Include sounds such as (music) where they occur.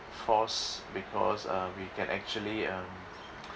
forced because uh we can actually um (noise)